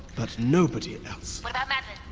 but nobody and else! what about